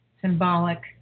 symbolic